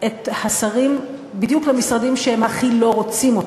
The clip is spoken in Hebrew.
את השרים בדיוק למשרדים שהם הכי לא רוצים,